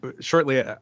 shortly